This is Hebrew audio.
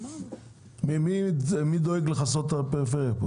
מי דואג לכסות את הפריפריה?